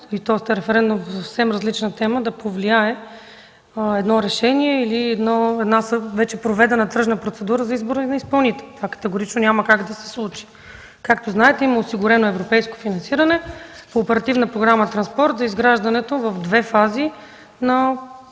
и то референдум по съвсем различна тема да повлияе на едно решение или на една вече проведена тръжна процедура за избор на изпълнител. Това категорично няма как да се случи! Както знаете има осигурено европейско финансиране по Оперативна програма „Транспорт” за изграждането в две фази на